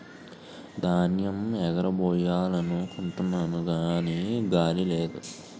ధాన్యేమ్ ఎగరబొయ్యాలనుకుంటున్నాము గాని గాలి లేదు